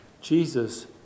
Jesus